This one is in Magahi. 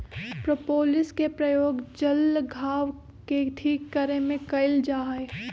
प्रोपोलिस के प्रयोग जल्ल घाव के ठीक करे में कइल जाहई